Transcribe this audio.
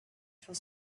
fell